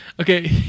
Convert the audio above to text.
Okay